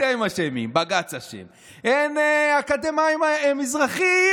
אתם אשמים, בג"ץ אשם, אין אקדמאים מזרחים?